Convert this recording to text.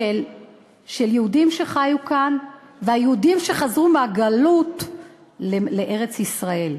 של יהודים שחיו כאן והיהודים שחזרו מהגלות לארץ-ישראל.